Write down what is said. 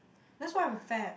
that's why I'm fat